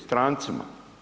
Strancima.